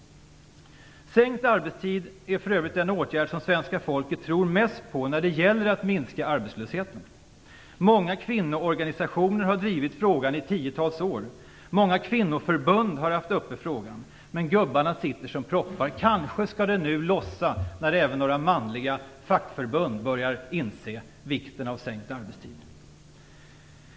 Sänkt arbetstid är för övrigt den åtgärd som svenska folket tror mest på när det gäller att minska arbetslösheten. Många kvinnoorganisationer har drivit frågan i tiotals år. Många kvinnoförbund har haft uppe frågan. Men gubbarna sitter som proppar. Kanske skall det nu lossa när även några manliga fackförbund börjar inse vikten av sänkt arbetstid.